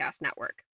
Network